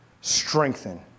strengthen